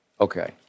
Okay